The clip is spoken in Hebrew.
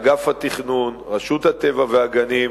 אגף התכנון, רשות הטבע והגנים,